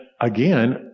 again